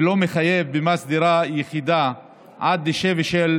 ולא מחייב במס דירה יחידה עד שווי של